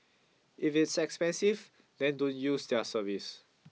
if it's expensive then don't use their service